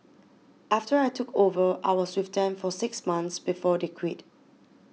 after I took over I was with them for six months before they quit